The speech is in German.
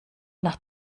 nach